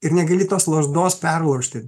ir negali tos lazdos perlaužti